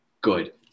good